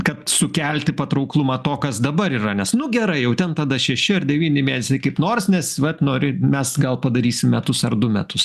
kad sukelti patrauklumą to kas dabar yra nes nu gerai jau ten tada šeši ar devyni mėnesiai kaip nors nes vat nori mes gal padarysim metus ar du metus